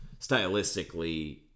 stylistically